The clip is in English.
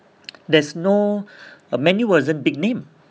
there's no man U wasn't big name